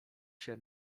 się